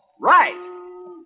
Right